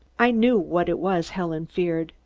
i knew what it was helen feared.